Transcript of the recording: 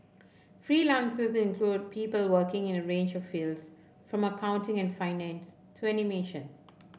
freelancers include people working in a range of fields from accounting and finance to animation